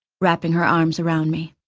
wrapping her arms around me.